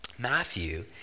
Matthew